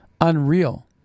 unreal